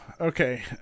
Okay